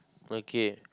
okay